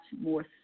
more